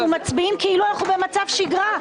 אנחנו מצביעים כאילו אנחנו במצב שגרה,